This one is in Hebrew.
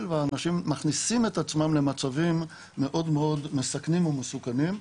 ואנשים מכניסים את עצמם למצבים מאוד מסכנים ומסוכנים.